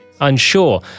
unsure